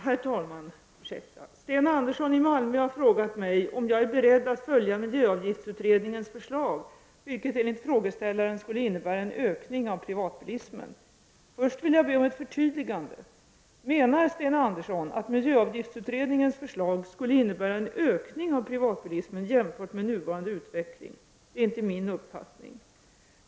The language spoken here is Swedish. Herr talman! Sten Andersson i Malmö har frågat mig om jag är beredd att följa miljöavgiftsutredningens förslag, vilket enligt frågeställaren skulle innebära en ökning av privatbilismen. Först vill jag be om ett förtydligande. Menar Sten Andersson att miljöavgiftsutredningens förslag skulle innebära en ökning av privatbilismen jämfört med nuvarande utveckling? Det är inte min uppfattning.